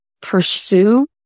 pursue